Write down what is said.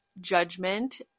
judgment